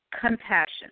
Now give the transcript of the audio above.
compassion